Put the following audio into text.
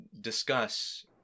discuss